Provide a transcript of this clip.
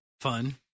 Fun